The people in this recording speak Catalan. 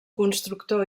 constructor